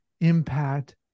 impact